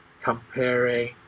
comparing